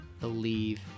believe